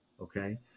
Okay